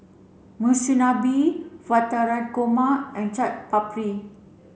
Monsunabe Navratan Korma and Chaat Papri